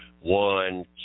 One